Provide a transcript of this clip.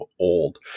old